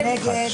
כאשר היו הפרעות,